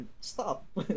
Stop